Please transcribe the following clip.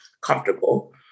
comfortable